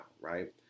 right